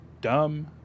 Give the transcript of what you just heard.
dumb